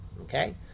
Okay